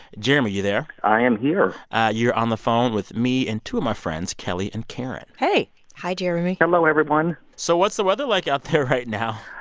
jeremy, you there? i am here you're on the phone with me and two of my friends, kelly and karen hey hi, jeremy hello, everyone so what's the weather like out there right now?